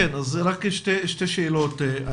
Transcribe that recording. שתי שאלות.